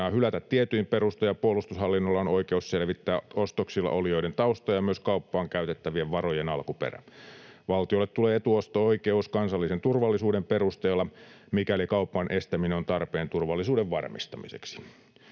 hylätä tietyin perustein ja puolustushallinnolla on oikeus selvittää ostoksilla olijoiden tausta ja myös kauppaan käytettävien varojen alkuperä. Valtiolle tulee etuosto-oikeus kansallisen turvallisuuden perusteella, mikäli kaupan estäminen on tarpeen turvallisuuden varmistamiseksi.